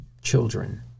children